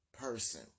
Person